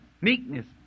Meekness